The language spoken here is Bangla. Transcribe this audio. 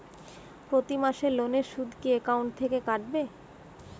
প্রতি মাসে লোনের সুদ কি একাউন্ট থেকে কাটবে?